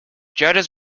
judges